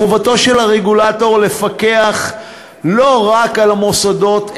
חובתו של הרגולטור לפקח לא רק על המוסדות,